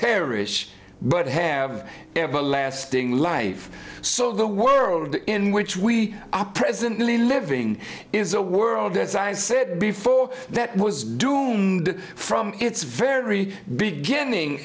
perish but have everlasting life so the world in which we are presently living is a world as i said before that was doomed from its very beginning